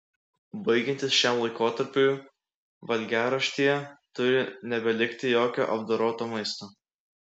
baigiantis šiam laikotarpiui valgiaraštyje turi nebelikti jokio apdoroto maisto